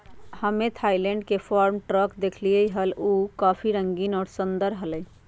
हम्मे थायलैंड के farm truck देखली हल, ऊ काफी रंगीन और सुंदर हलय